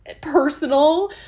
personal